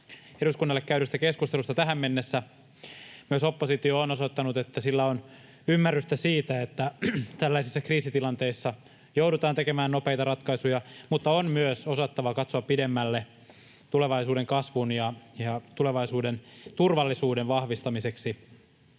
eduskunnalle käydystä keskustelusta tähän mennessä. Myös oppositio on osoittanut, että sillä on ymmärrystä siitä, että tällaisissa kriisitilanteissa joudutaan tekemään nopeita ratkaisuja mutta on myös osattava katsoa pidemmälle tulevaisuuden kasvun ja tulevaisuuden turvallisuuden vahvistamiseksi.